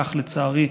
כך לצערי,